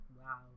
wow